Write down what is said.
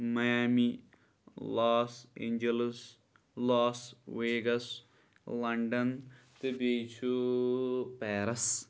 loss Angeles Las Vegas London تہٕ بیٚیہِ چھُ پیرَس